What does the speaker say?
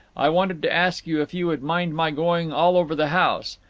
i wanted to ask you if you would mind my going all over the house.